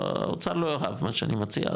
האוצר לא יאהב את מה שאני מציע,